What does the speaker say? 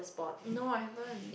no I haven't